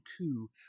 coup